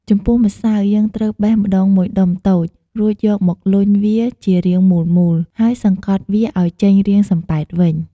ចំពោះម្សៅ យើងត្រូវបេះម្ដងមួយដុំតូច រួចយកមកលុញវាជារាងមូលៗ ហើយសង្កត់វាឱ្យចេញរាងសំប៉ែតវិញ។